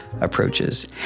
Approaches